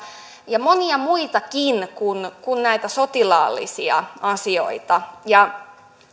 ja monia muitakin kuin näitä sotilaallisia asioita